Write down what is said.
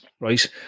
right